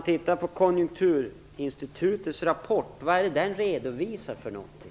Titta på Konjunkturinstitutets rapport. Vad är det den redovisar för någonting?